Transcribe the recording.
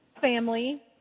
family